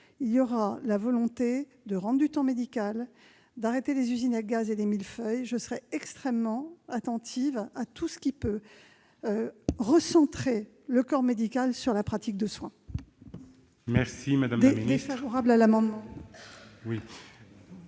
ma volonté sera de rendre du temps médical, d'arrêter les usines à gaz et les millefeuilles. Je serai extrêmement attentive à tout ce qui peut recentrer le corps médical sur la pratique de soins. Le Gouvernement est défavorable à cet amendement.